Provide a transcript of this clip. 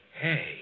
hey